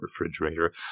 refrigerator